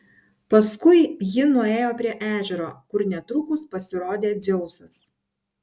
paskui ji nuėjo prie ežero kur netrukus pasirodė dzeusas